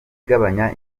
igabanya